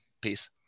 peace